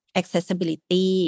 accessibility